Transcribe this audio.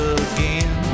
again